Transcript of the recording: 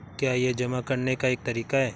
क्या यह जमा करने का एक तरीका है?